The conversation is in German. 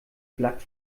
blatt